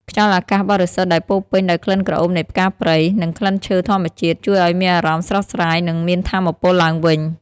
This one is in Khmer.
ខ្យល់អាកាសបរិសុទ្ធដែលពោរពេញដោយក្លិនក្រអូបនៃផ្កាព្រៃ និងក្លិនឈើធម្មជាតិ ជួយឲ្យមានអារម្មណ៍ស្រស់ស្រាយ និងមានថាមពលឡើងវិញ។